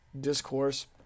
discourse